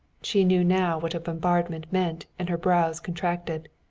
she knew now what a bombardment meant and her brows contracted.